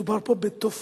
מדובר פה בתופעה,